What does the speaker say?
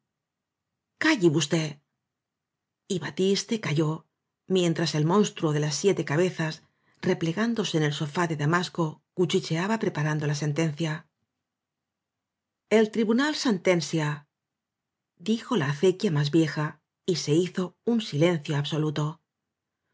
vosté y batiste calló mientras el monstruo de las siete cabezas replegándose en el sofá de da masco cuchicheaba preparando la sentencia el tribunal se itcnsia dijo la acequia más vieja y se hizo un silencio absoluto